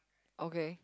okay